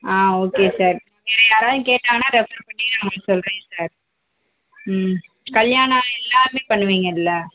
ஆ okay sir வேறு யாராவது கேட்டாங்கன்னா ரெஃபர் பண்ணி நான் உங்களுக்கு சொல்கிறேன் சார் ம் கல்யாணம் எல்லாமே பண்ணுவிங்கல்ல